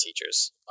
teachers